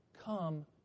come